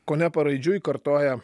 kone paraidžiui kartoja